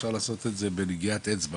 אפשר לעשות את זה בנגיעת אצבע.